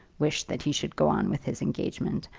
wish that he should go on with his engagement!